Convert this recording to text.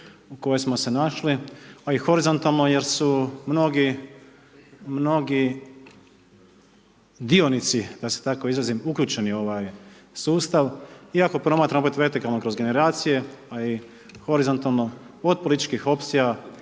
u kojoj smo se našli ali i horizontalno jer su mnogi dionici da se tako izrazim, uključeni u ovaj sustav i ako promatramo opet vertikalno kroz generacije a i horizontalno, od političkih opcija,